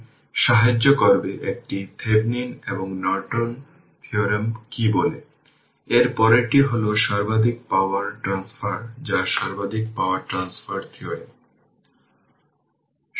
সুতরাং এই ইকুইভ্যালেন্ট হল 7 বাই 2 Ω তারপর τ হবে lR যে কনস্ট্যান্ট L হল 3 হেনরি